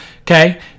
okay